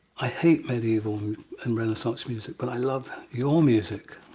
i hate medieval and renaissance music, but i love your music.